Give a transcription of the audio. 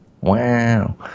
wow